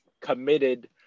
committed